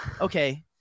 okay